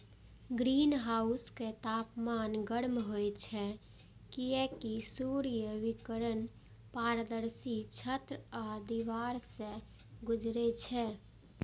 ग्रीनहाउसक तापमान गर्म होइ छै, कियैकि सूर्य विकिरण पारदर्शी छत आ दीवार सं गुजरै छै